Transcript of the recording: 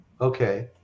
Okay